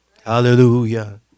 Hallelujah